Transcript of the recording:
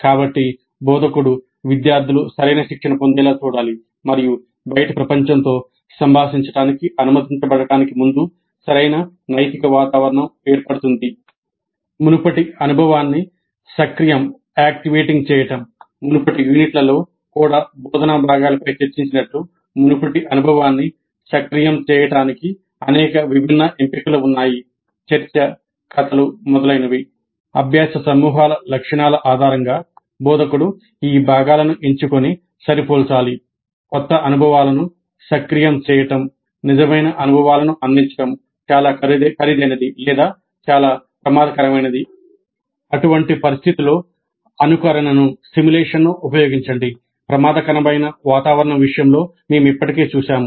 కాబట్టి బోధకుడు విద్యార్థులు సరైన శిక్షణ పొందేలా చూడాలి మరియు బయటి ప్రపంచంతో సంభాషించడానికి అనుమతించబడటానికి ముందు సరైన నైతిక వాతావరణం ఏర్పడుతుంది